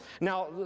Now